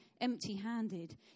empty-handed